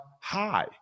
high